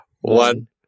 One